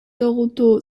toronto